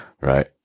right